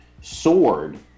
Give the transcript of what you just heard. sword